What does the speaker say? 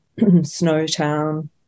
Snowtown